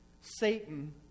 Satan